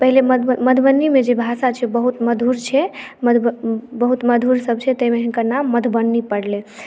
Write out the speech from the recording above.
पहिले मधुबनी मधुबनीमे जे भाषा छै बहुत मधुर छै बहुत मधुर सब छै तै मऽ हिनकर नाम मधुबनी पड़लै